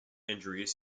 injuries